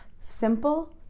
simple